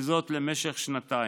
וזאת למשך שנתיים.